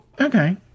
Okay